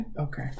Okay